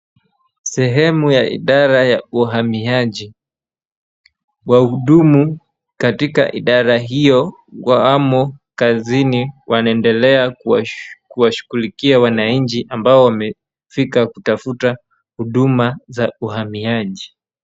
Sehemu ya idara ya uhamiaji wahudumu katika idara hio wamo kazini wanaendelea kuwashughulikia wananchi ambao wamefika kutafuta huduma za uhamiaji.